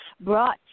brought